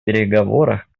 переговорах